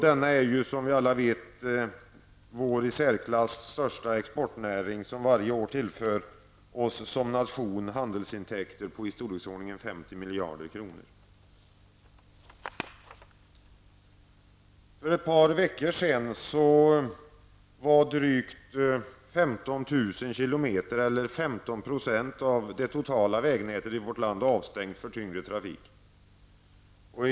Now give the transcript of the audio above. Denna är, som alla vet, vår i särklass främsta exportnäring, som varje år tillför oss som nation handelsintäkter i storleksordningen 50 miljarder kronor. För ett par veckor sedan var drygt 15 000 kilometer, eller 15 %, av det totala vägnätet i vårt land avstängt för tyngre trafik.